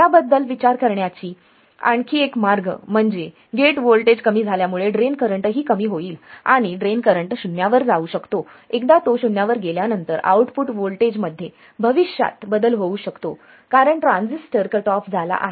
याबद्दल विचार करण्याचा आणखी एक मार्ग म्हणजे गेट व्होल्टेज कमी झाल्यामुळे ड्रेन करंटही कमी होईल आणि ड्रेन करंट शून्यावर जाऊ शकतो एकदा तो शून्यावर गेल्यानंतर आउटपुट वोल्टेज मध्ये भविष्यात बदल होऊ शकतो कारण ट्रान्झिस्टर कट ऑफ झाला आहे